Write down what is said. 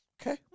Okay